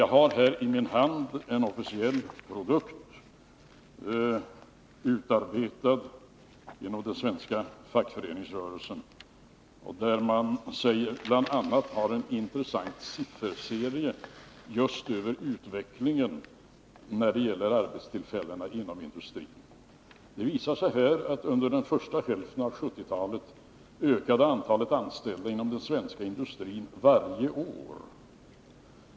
Jag har här i min hand en officiell produkt, utarbetad av den svenska fackföreningsrörelsen, där man bl.a. finner en intressant sifferserie just över utvecklingen när det gäller arbetstillfällena inom industrin. Det visar sig här att under den första hälften av 1970-talet ökade antalet anställda inom den svenska industrin varje år.